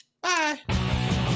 Bye